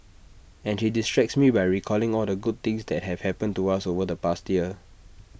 and she distracts me by recalling all the good things that have happened to us over the past year